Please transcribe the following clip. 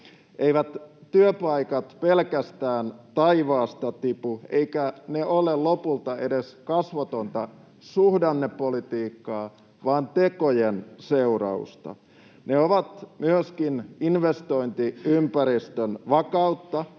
Eivät työpaikat pelkästään taivaasta tipu, eivätkä ne lopulta edes ole kasvotonta suhdannepolitiikkaa vaan tekojen seurausta. Ne ovat myöskin investointiympäristön vakautta,